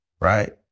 right